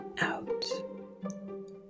out